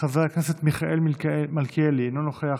חבר הכנסת מיכאל מלכיאלי, אינו נוכח,